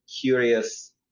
curious